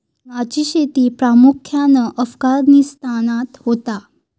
हिंगाची शेती प्रामुख्यान अफगाणिस्तानात होता